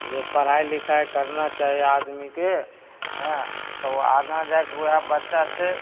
जे पढ़ाइ लिखाइ करना चाही आदमीके एँ तऽ ओ आगाँ जाइके ओहए बच्चा फेर